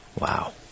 Wow